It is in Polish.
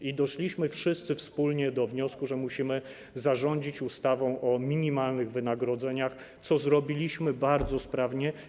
I doszliśmy wszyscy wspólnie do wniosku, że musimy to zarządzić ustawą o minimalnych wynagrodzeniach, co zrobiliśmy bardzo sprawnie.